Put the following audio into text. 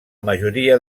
majoria